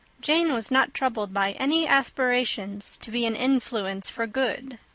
jane was not troubled by any aspirations to be an influence for good.